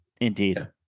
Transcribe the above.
Indeed